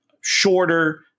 shorter